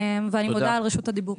ואני מודה על רשות הדיבור.